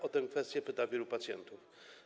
O tę kwestię pyta wielu pacjentów.